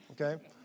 okay